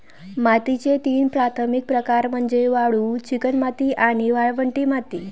मातीचे तीन प्राथमिक प्रकार म्हणजे वाळू, चिकणमाती आणि वाळवंटी माती